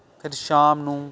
ਫਿਰ ਸ਼ਾਮ ਨੂੰ